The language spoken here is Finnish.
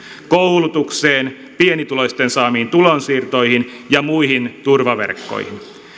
koulutukseen pienituloisten saamiin tulonsiirtoihin ja muihin turvaverkkoihin